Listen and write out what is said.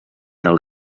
del